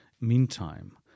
Meantime